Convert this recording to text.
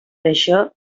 això